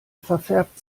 verfärbt